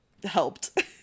helped